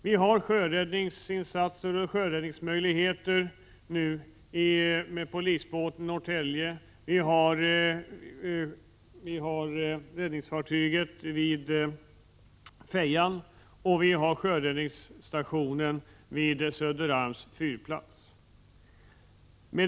Vi har sjöräddningsmöjligheter med polisbåt i Norrtälje, vi har ett räddningsfartyg vid Fejan och sjöräddningsstationen vid Söderarms fyrplats.